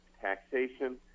taxation